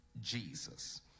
jesus